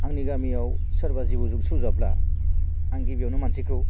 आंनि गामियाव सोरबा जिबौजों सौजाब्ला आं गिबियावनो मानसिखौ